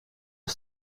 een